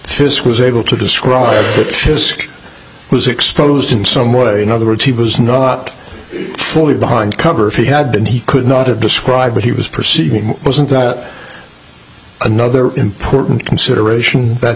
this was able to destroy which was exposed in somewhat in other words he was not fully behind cover if he had been he could not have described what he was perceiving wasn't that another important consideration that